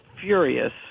furious